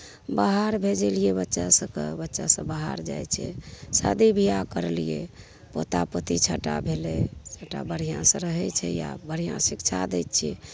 बाहर भेजलिए बच्चा सभकेँ बच्चासभ बाहर जाए छै शादी बिआह करलिए पोता पोती छओ टा भेलै सभटा बढ़िआँसे रहै छै आब बढ़िआँ शिक्षा दै छिए